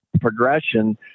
progression